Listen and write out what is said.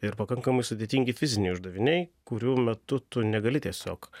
ir pakankamai sudėtingi fiziniai uždaviniai kurių metu tu negali tiesiog